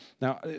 Now